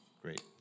Great